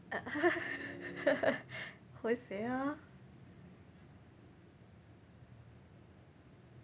quite fail ah